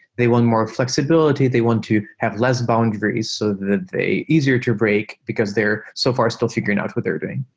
they want more flexibility. they want to have less boundaries so that they're easier to break because they're so far still figuring out what they're doing.